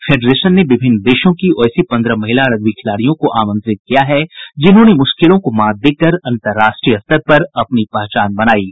federation ने विभिन्न देशों की वैसी पन्द्रह महिला रग्बी खिलाड़ियों को आमंत्रित किया है जिन्होंने मुश्किलों को मात देकर अन्तर्राष्ट्रीय स्तर पर अपनी पहचान बनायी है